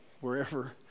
wherever